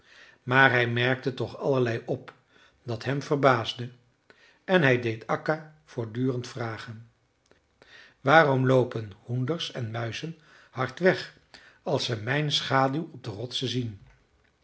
maar hij merkte toch allerlei op dat hem verbaasde en hij deed akka voortdurend vragen waarom loopen hoenders en muizen hard weg als ze mijn schaduw op de rotsen zien